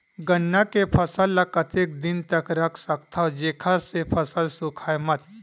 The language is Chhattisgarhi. गन्ना के फसल ल कतेक दिन तक रख सकथव जेखर से फसल सूखाय मत?